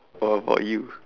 how about you